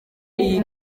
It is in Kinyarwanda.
iyi